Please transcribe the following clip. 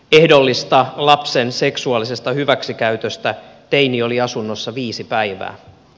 ehdollista lapsen seksuaalisesta hyväksikäytöstä teini oli asunnossa viisi päivää